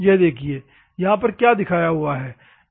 यह देखिए यहां पर क्या दिखाया हुआ है